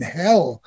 hell